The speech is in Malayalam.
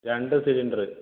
രണ്ട് സിലിണ്ടർ